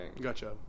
Gotcha